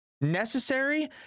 necessary